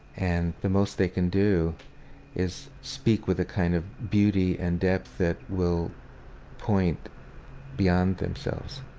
and the most they can do is speak with a kind of beauty and depth that will point beyond themselves